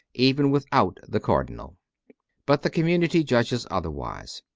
even without the cardinal but the community judges otherwise.